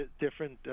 different